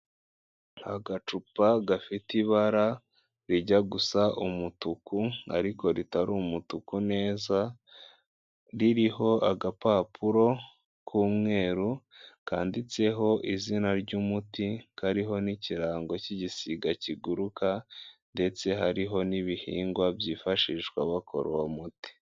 Agacupa gafite ibara rijya gusa umutuku, ariko ritari umutuku neza, ririho agapapuro k'umweru, kandiditseho izina ry'umuti, kariho n'ikirango cy'igisiga kiguruk, ndetse hariho n'ibihingwa byifashishwa bakora uwo umuti.